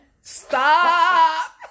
Stop